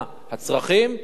מה הצרכים,